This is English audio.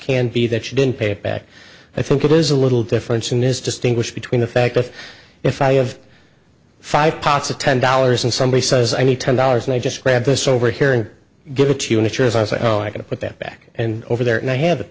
can be that you didn't pay it back i think it was a little difference in his distinguish between the fact that if i have five pots a ten dollars and somebody says i need ten dollars and i just grab this over here and give it to you in a church i say oh i can put that back and over there and i have it